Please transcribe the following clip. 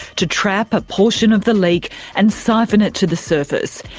to trap a portion of the leak and siphon it to the surface.